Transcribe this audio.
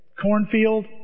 cornfield